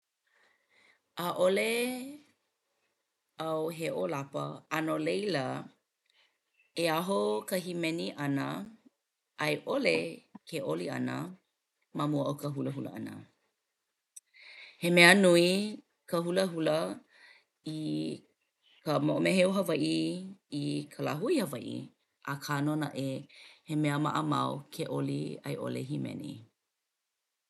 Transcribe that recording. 'A'ole au he 'ōlapa a no laila e aho ka himeni ʻana a i ʻole ke oli ʻana ma mua o ka hulahula ʻana. He mea nui ka hulahula i ka moʻomeheu Hawaiʻi i ka lāhui Hawaiʻi akā nō naʻe he mea maʻamau ke oli a i ʻole hīmeni.